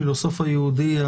הפילוסוף היהודי,